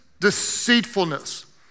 deceitfulness